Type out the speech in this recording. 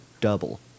double